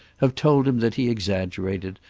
have told him that he exaggerated,